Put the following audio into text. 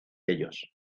ellos